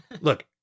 Look